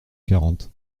quarante